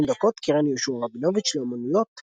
70 דקות קרן יהושע רבינוביץ לאמנויות